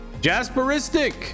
Jasperistic